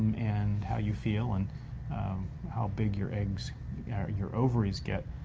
and how you feel, and how big your big your ovaries get,